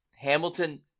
Hamilton